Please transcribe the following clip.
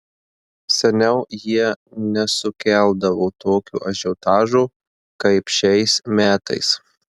seniau jie nesukeldavo tokio ažiotažo kaip šiais metais